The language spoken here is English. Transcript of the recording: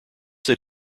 that